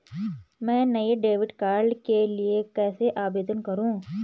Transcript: मैं नए debit card के लिए कैसे आवेदन करूं?